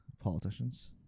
politicians